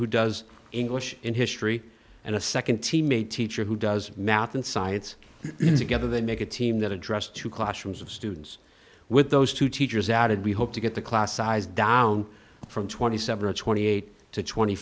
who does english and history and a second team a teacher who does math and science to gether they make a team that address two classrooms of students with those two teachers added we hope to get the class size down from twenty seven twenty eight to twenty